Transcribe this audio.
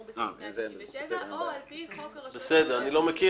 בסעיף 197 או על פי חוק הרשויות המקומיות.